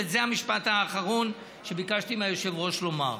וזה המשפט האחרון שביקשתי מהיושב-ראש לומר,